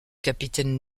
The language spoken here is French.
capitaine